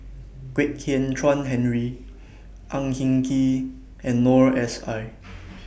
Kwek Hian Chuan Henry Ang Hin Kee and Noor S I